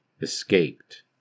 escaped